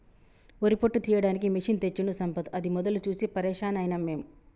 వరి పొట్టు తీయడానికి మెషిన్ తెచ్చిండు సంపత్ అది మొదలు చూసి పరేషాన్ అయినం మేము